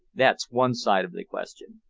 that's one side of the question.